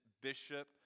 bishop